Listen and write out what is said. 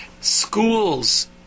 Schools